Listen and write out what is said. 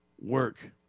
work